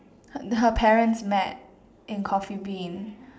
her her parents met in coffee bean